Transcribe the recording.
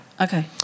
okay